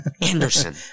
Anderson